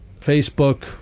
Facebook